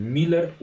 Miller